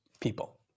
people